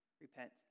Repent